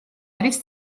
არის